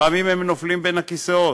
לפעמים הם נופלים בין הכיסאות,